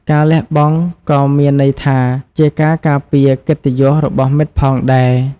ការលះបង់ក៏មានន័យថា ជាការការពារកិត្តិយសរបស់មិត្តផងដែរ។